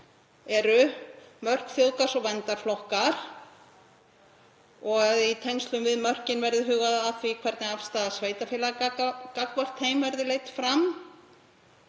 eru mörk þjóðgarðs og verndaflokkar og að í tengslum við mörkin verði hugað að því hvernig afstaða sveitarfélaga gagnvart þeim verði leidd fram.